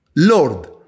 Lord